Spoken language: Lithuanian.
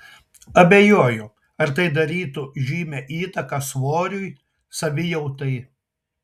abejoju ar tai darytų žymią įtaką svoriui savijautai